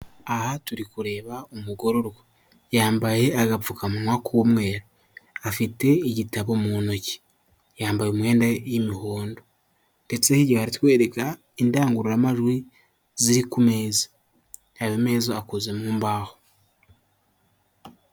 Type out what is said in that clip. Aha turi kureba umugororwa, yambaye agapfukamunwa k'umweru afite igitabo mu ntoki, yambaye umwenda y'imihondo ndetse hirya baratwereka indangururamajwi ziri ku meza ayo meza akoze mu mbaho.